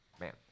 Man